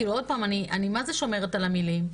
עוד פעם, אני שומרת על המילים.